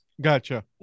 Gotcha